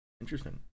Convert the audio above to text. Interesting